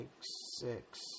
six